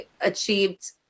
achieved